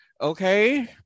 okay